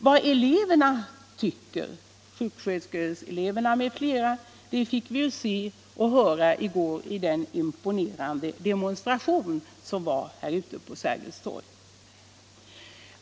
Vad sjuksköterskeeleverna m.fl. elever tycker fick vi se och höra i går vid den imponerande 'demonstration som hölls ute på Sergels torg.